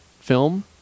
film